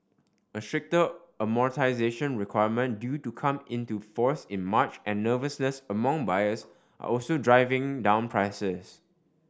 a stricter amortisation requirement due to come into force in March and nervousness among buyers are also driving down prices